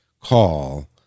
call